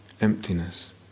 emptiness